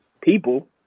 people